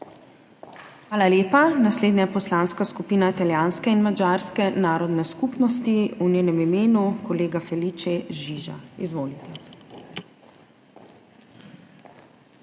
Hvala lepa. Naslednja Poslanska skupina Italijanske in madžarske narodne skupnosti, v njenem imenu kolega Felice Žiža. Izvolite.